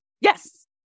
Yes